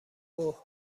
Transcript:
اوه